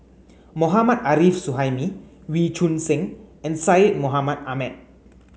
Mohammad Arif Suhaimi Wee Choon Seng and Syed Mohamed Ahmed